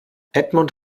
edmund